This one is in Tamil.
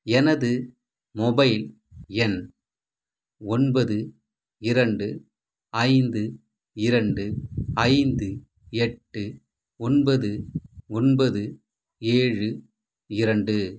எனது மொபைல் எண் ஒன்பது இரண்டு ஐந்து இரண்டு ஐந்து எட்டு ஒன்பது ஒன்பது ஏழு இரண்டு